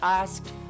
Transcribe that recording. asked